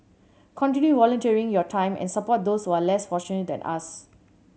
continue volunteering your time and support those who are less fortunate than us